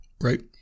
Right